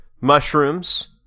mushrooms